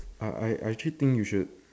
I I I actually think you should